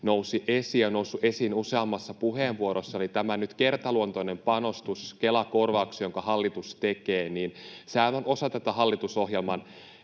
jotka tässä ovat nousseet esiin useammassa puheenvuorossa. Eli tämä kertaluontoinen panostus Kela-korvauksiin, jonka hallitus nyt tekee, on osa hallitusohjelman